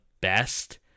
best